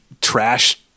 trash